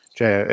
Cioè